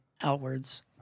outwards